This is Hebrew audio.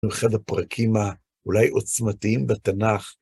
מיוחד הפרקים האולי עוצמתיים בתנ״ך.